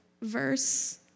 verse